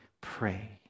pray